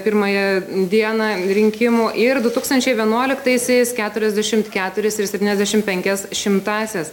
pirmąją dieną rinkimų ir du tūkstančiai vienuoliktaisiais keturiasdešimt keturis ir septyniasdešimt penkias šimtąsias